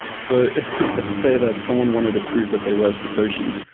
so let's say that someone wanted to prove that they were satoshi,